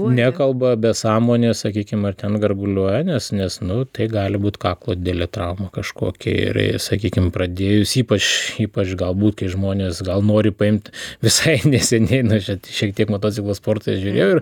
nekalba be sąmonės sakykim ar ten garguliuoja nes nes nu tai gali būti kaklo didelė trauma kažkokia ir ir sakykim pradėjus ypač ypač galbūt žmonės gal nori paimti visai neseniai na žinot šiek tiek motociklų sportą žiūrėjau ir